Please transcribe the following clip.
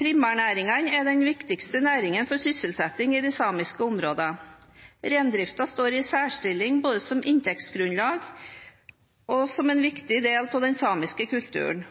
Primærnæringene er de viktigste næringene for sysselsettingen i de samiske områdene. Reindriften står i en særstilling både som inntektsgrunnlag og som en viktig del av den samiske kulturen.